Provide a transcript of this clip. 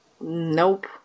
Nope